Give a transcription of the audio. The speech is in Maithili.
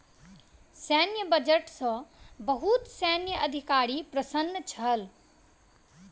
सैन्य बजट सॅ बहुत सैन्य अधिकारी प्रसन्न छल